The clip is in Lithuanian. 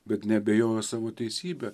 bet neabejojo savo teisybę